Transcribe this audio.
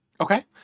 Okay